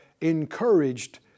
encouraged